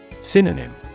Synonym